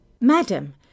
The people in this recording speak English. Madam